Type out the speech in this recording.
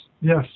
Yes